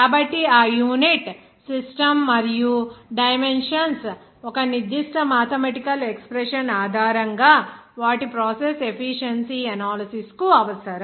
కాబట్టి ఆ unit system మరియు డైమెన్షన్స్ ఒక నిర్దిష్ట మాథెమెటికల్ ఎక్స్ప్రెషన్ ఆధారంగా వాటి ప్రాసెస్ ఎఫిషియన్సీ ఎనాలిసిస్ కు అవసరం